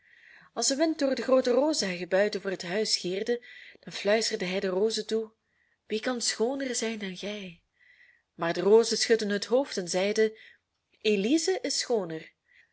als de wind door de groote rozenheggen buiten voor het huis gierde dan fluisterde hij de rozen toe wie kan schooner zijn dan gij maar de rozen schudden het hoofd en zeiden elize is schooner